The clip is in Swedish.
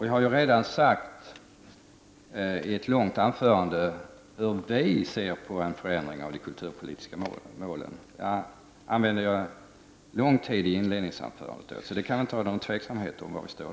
Jag har redan i mitt långa inledningsanförande talat om hur vi i miljöpartiet ser på en förändring av de kulturpolitiska målen, så det kan inte råda något tvivel om var vi står.